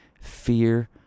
fear